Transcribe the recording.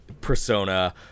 Persona